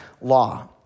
law